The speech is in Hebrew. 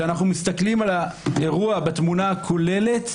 וכשאנחנו מסתכלים על האירוע בתמונה הכוללת,